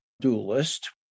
dualist